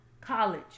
college